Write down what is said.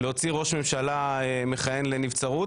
להוציא ראש ממשלה מכהן לנבצרות,